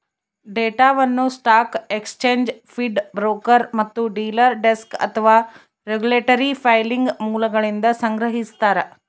ಡೇಟಾವನ್ನು stock exchange feed broker ಮತ್ತು dealer desk ಅಥವಾ ರೆಗ್ಯುಲೇಟರಿ ಫೈಲಿಂಗ್ ಮೂಲಗಳಿಂದ ಸಂಗ್ರಹಿಸ್ತಾರ